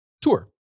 tour